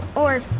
or.